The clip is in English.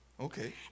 Okay